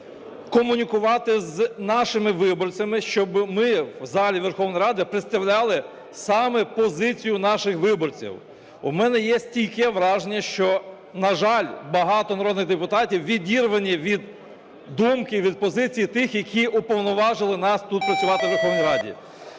комунікувати з нашими виборцями, щоб ми в залі Верховної Ради представляли саме позицію наших виборців. В мене є стійке враження, що, на жаль, багато народних депутатів відірвані від думки, від позиції тих, які уповноважили нас тут працювати в Верховній Раді.